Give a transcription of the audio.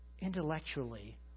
intellectually